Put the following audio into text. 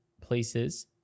places